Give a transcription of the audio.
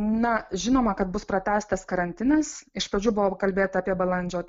na žinoma kad bus pratęstas karantinas iš pradžių buvo kalbėta apie balandžio